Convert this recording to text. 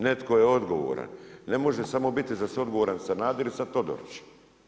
Netko je odgovoran, ne može samo biti za sve odgovoran Sanader i sada Todorić.